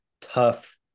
tough